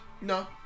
No